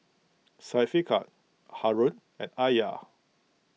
Syafiqah Haron and Alya